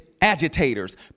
agitators